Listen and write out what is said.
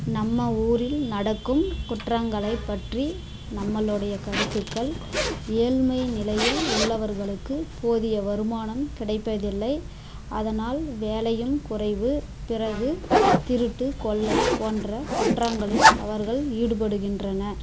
நம்ம ஊரில் நடக்கும் குற்றங்களை பற்றி நம்மளுடைய கருத்துக்கள் ஏழ்மை நிலையில் உள்ளவர்களுக்கு போதிய வருமானம் கிடைப்பதில்லை அதனால் வேலையும் குறைவு பிறகு திருட்டு கொள்ளை போன்ற குற்றங்களில் அவர்கள் ஈடுபடுகின்றன